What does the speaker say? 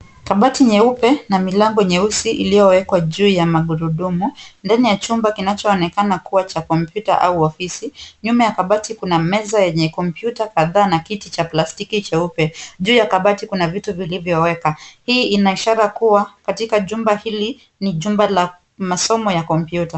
Kabati nyeupe na milango nyeusi iliowekwa juu ya magurudumu. Ndani ya chumba kinachoonekana kuwa cha compoter au afisi. Nyuma ya kabati kuna meza yenye computer kadhaa na kiti cha plastiki cheupe. Juu ya kabati kuna vitu vilivyoweka. Hii inaishara kuwa katika jumba hili ni jumba la masomo ya computer .